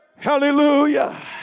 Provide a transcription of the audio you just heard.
Hallelujah